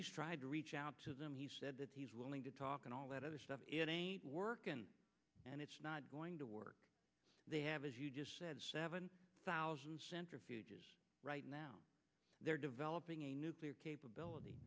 he's tried to reach out to them he said that he's willing to talk and all that other stuff is working and it's not going to work they have as you just said seven thousand centrifuges right now they're developing a nuclear capability